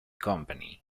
company